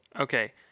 Okay